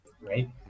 Right